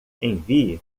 envie